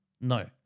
No